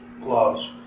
gloves